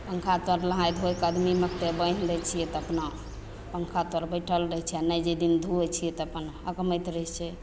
पङ्खा तर नहाय धोकऽ बान्हि दै छियै तऽ अपना पङ्खा तर बैठल रहय छै आओर नहि जाहि दिन धोवै छियै तऽ अपन हकमैत रहय छै